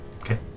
okay